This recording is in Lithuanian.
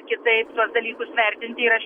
kitaip tuos dalykus vertint ir aš